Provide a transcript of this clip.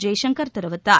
ஜெய்சங்கர் தெரிவித்தார்